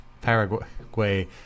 Paraguay